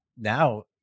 now